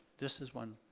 this is one.